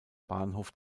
bahnhof